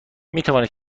میتوانید